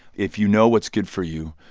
if you know what's good for you,